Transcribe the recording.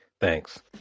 thanks